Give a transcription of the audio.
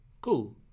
cool